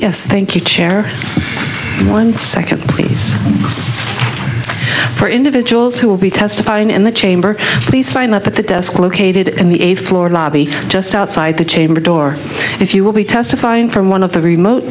yes thank you chair one second please for individuals who will be testifying in the chamber please sign up at the desk located in the eighth floor lobby just outside the chamber door if you will be testifying from one of the remote